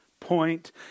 point